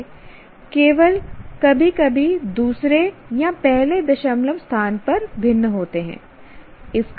वे केवल कभी कभी दूसरे या पहले दशमलव स्थान पर भिन्न होते हैं